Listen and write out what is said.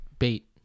Bait